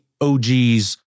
OGs